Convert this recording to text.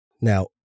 Now